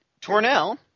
Tornell